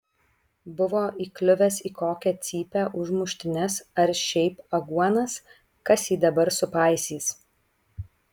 buvo įkliuvęs į kokią cypę už muštynes ar šiaip aguonas kas jį dabar supaisys